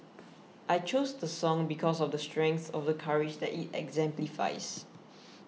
I chose the song because of the strength of the courage that it exemplifies